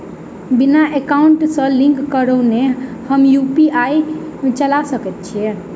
बिना एकाउंट सँ लिंक करौने हम यु.पी.आई चला सकैत छी?